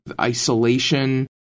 isolation